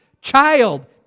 child